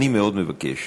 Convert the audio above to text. אני מאוד מבקש,